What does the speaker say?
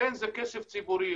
זה כסף ציבורי,